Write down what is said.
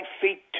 feet